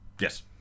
Yes